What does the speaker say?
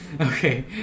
Okay